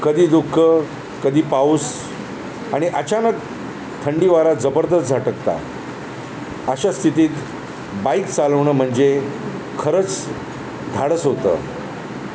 कधी धुकं कधी पाऊस आणि अचानक थंडीवारा जबरदस्त झटकता अशा स्थितीत बाईक चालवणं म्हणजे खरंच धाडस होतं